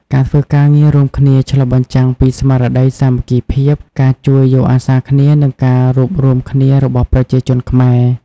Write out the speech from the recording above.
ការធ្វើការងាររួមគ្នាឆ្លុះបញ្ចាំងពីស្មារតីសាមគ្គីភាព ការជួយយកអាសាគ្នា និងការរួបរួមគ្នារបស់ប្រជាជនខ្មែរ។